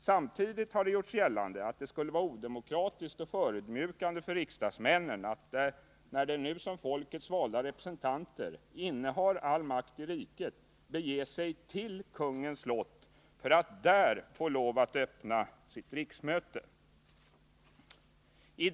Samtidigt har det gjorts gällande att det skulle vara ”odemokratiskt” och 16 april 1980 ”förödmjukande” för riksdagsmännen, att när de nu som folkets valda representanter innehar all makt i riket bege sig till kungens slott för att där få lov att öppna sitt riksmöte.